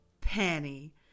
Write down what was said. Penny